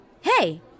Hey